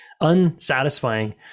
unsatisfying